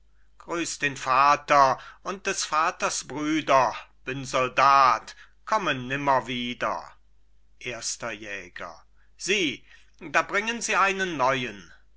den vater und vaters brüder bin soldat komme nimmer wieder erster jäger sieh da bringen sie einen neuen